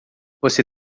você